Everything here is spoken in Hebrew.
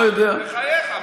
לא יודע.